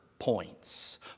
points